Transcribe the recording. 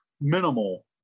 Minimal